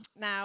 Now